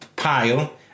pile